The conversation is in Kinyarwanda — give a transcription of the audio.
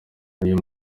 uyu